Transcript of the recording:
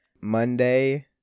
Monday